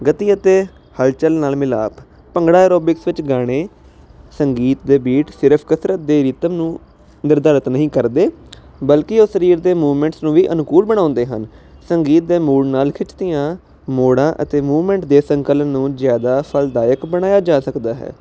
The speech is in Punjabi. ਗਤੀ ਅਤੇ ਹਲਚਲ ਨਾਲ ਮਿਲਾਪ ਭੰਗੜਾ ਐਰੋਬਿਕਸ ਵਿੱਚ ਗਾਣੇ ਸੰਗੀਤ ਦੇ ਬੀਟ ਸਿਰਫ ਕਸਰਤ ਦੇ ਰੀਤਮ ਨੂੰ ਨਿਰਧਾਰਿਤ ਨਹੀਂ ਕਰਦੇ ਬਲਕਿ ਉਹ ਸਰੀਰ ਦੇ ਮੂਵਮੈਂਟਸ ਨੂੰ ਵੀ ਅਨੁਕੂਲ ਬਣਾਉਂਦੇ ਹਨ ਸੰਗੀਤ ਦੇ ਮੂੜ ਨਾਲ ਖਿੱਚਤੀਆਂ ਮੋੜਾਂ ਅਤੇ ਮੂਵਮੈਂਟ ਦੇ ਸੰਕਲਨ ਨੂੰ ਜ਼ਿਆਦਾ ਫਲਦਾਇਕ ਬਣਾਇਆ ਜਾ ਸਕਦਾ ਹੈ